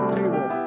table